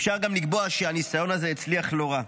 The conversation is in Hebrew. אפשר גם לקבוע שהניסיון הזה הצליח לא רע.